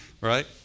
Right